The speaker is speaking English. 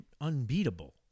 unbeatable